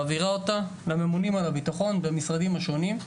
מעבירה אותה לממונים על הבטחון במשרדים השונים,